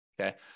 Okay